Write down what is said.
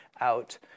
out